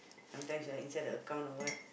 sometimes right inside the account or what